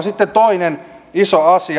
sitten toinen iso asia